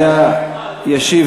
מס' 844,